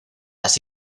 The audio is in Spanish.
las